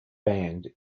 band